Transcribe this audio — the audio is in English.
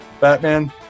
Batman